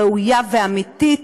ראויה ואמיתית,